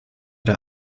der